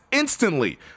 Instantly